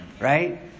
Right